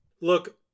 Look